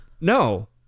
no